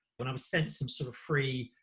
when i'm sent some sort of free,